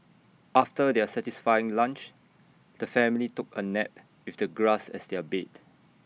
after their satisfying lunch the family took A nap with the grass as their bed